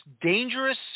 dangerous